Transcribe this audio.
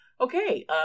Okay